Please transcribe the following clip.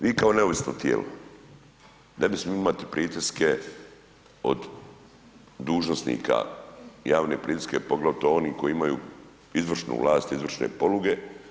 Vi kao neovisno tijelo, ne bi smjeli imati pritiske od dužnosnika, javne pritiske poglavito onih koji imaju izvršnu vlast, izvršne poluge.